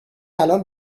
الان